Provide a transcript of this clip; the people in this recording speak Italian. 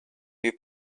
più